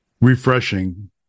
refreshing